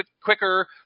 quicker